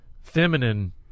feminine